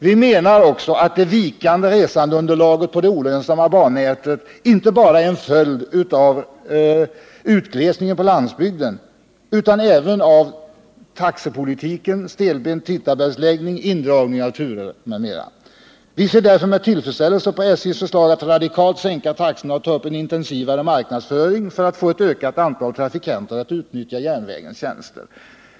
Vi menar också att det vikande resandeunderlaget på det olönsamma bannätet inte bara är en följd av utglesningen på landsbygden utan även av taxepolitik, stelbent tidtabellsläggning, indragning av turer, m.m. Vi ser därför med tillfredsställelse på SJ:s förslag att radikalt sänka taxorna och ta upp en intensivare marknadsföring för att få ett ökat antal trafikanter att utnyttja järnvägens tjänster.